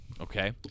okay